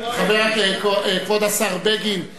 כבוד השר בגין,